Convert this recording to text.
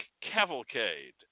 cavalcade